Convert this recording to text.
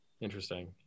interesting